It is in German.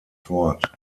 fort